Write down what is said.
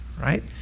Right